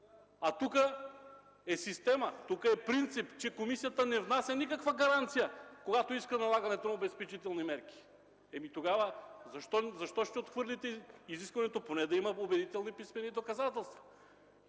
А тук е система, принцип, че комисията ще внася никаква гаранция, когато иска налагането на обезпечителни мерки. Тогава защо ще отхвърлите изискването поне да има убедителни писмени доказателства?